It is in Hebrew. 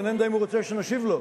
אינני יודע אם הוא רוצה שנשיב לו.